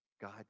God